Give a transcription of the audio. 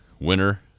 Winner